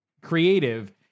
creative